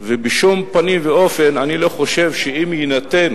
ובשום פנים ואופן אני לא חושב שאם יינתן